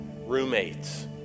roommates